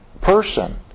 person